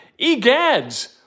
Egads